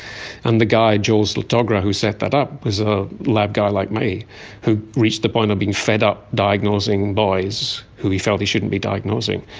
and the guy, joel zlotogora, who set that up, was a lab guy like me who reached the point of being fed up diagnosing boys who he felt he shouldn't be diagnosing,